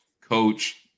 coach